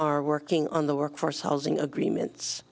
our working on the workforce housing agreements